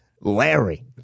Larry